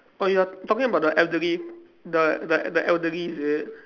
oh you are talking about the elderly the the the elderly is it